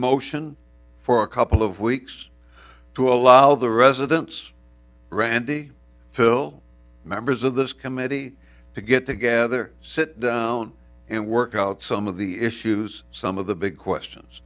motion for a couple of weeks to allow the residents randi fill members of this committee to get together sit down and work out some of the issues some of the big questions